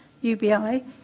UBI